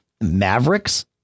Mavericks